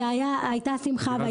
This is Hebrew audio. והייתה שמחה.